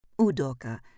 Udoka